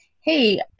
hey